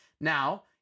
Now